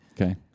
Okay